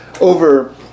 over